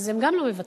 גם הם לא מוותרים.